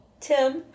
Tim